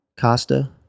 Costa